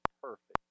perfect